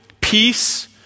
peace